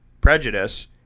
prejudice